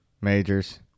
majors